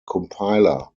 compiler